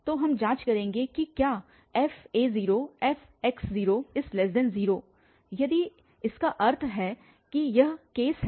तो हम जाँच करेंगे कि क्या fa0fx00 यदि इसका अर्थ है कि यह केस है